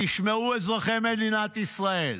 תשמעו אזרחי מדינת ישראל,